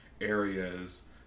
areas